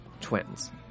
twins